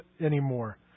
anymore